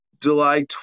July